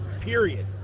Period